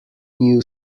new